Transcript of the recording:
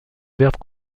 verbe